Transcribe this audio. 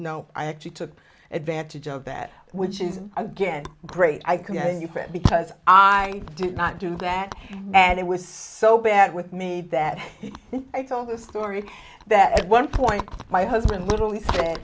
know i actually the advantage of that which is again great i commend you for it because i did not do that and it was so bad with me that i told a story that at one point my husband literally